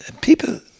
people